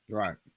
right